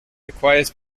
requires